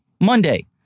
Monday